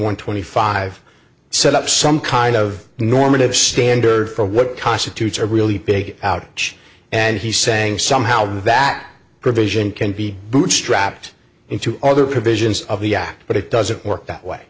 one twenty five set up some kind of normative standard for what constitutes a really big out and he's saying somehow that provision can be the strapped into other provisions of the act but it doesn't work that way